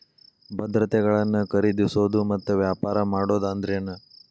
ಭದ್ರತೆಗಳನ್ನ ಖರೇದಿಸೋದು ಮತ್ತ ವ್ಯಾಪಾರ ಮಾಡೋದ್ ಅಂದ್ರೆನ